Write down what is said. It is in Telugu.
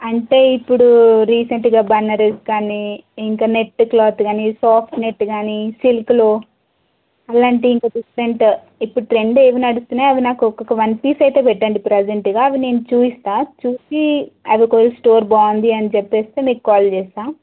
అంటే ఇపుడు రీసెంట్గా బనారస్ కానీ ఇంకా నెట్ క్లాత్ కానీ ఫ్రాక్స్ నెట్ కానీ సిల్క్లో అలాంటివి ఇంక డిఫరెంట్ ఇప్పుడు ట్రెండ్ ఏం నడుస్తున్నాయో అవి నాకు ఒక్కొక్క వన్ పీస్ అయితే పెట్టండి ప్రజెంట్గా అవి నేను చూస్తాను చూసి అదొక స్టోర్ బాగుంది అని చెప్పేస్తే మీకు కాల్ చేస్తాను